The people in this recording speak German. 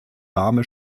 warme